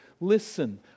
listen